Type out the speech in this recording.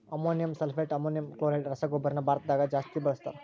ammonium sulphate, ammonium chloride ರಸಗೊಬ್ಬರನ ಭಾರತದಗ ಜಾಸ್ತಿ ಬಳಸ್ತಾರ